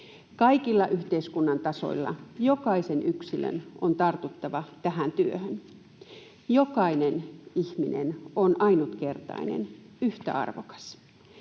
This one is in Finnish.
Kaikilla yhteiskunnan tasoilla jokaisen yksilön on tartuttava tähän työhön. Jokainen ihminen on ainutkertainen, yhtä arvokas.